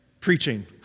preaching